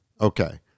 Okay